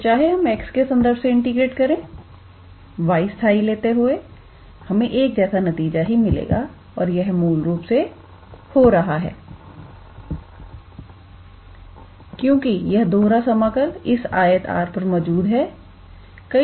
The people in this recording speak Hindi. तो चाहे हम x के संदर्भ से इंटीग्रेट करें y स्थाई लेते हुए हमें एक जैसा नतीजा ही मिलेगा और यह मूल रूप से सो रहा है क्योंकि यह दोहरा समाकल इस आयत R पर मौजूद है